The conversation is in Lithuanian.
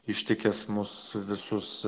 ištikęs mus visus